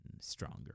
Stronger